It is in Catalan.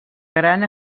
gran